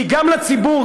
כי גם לציבור,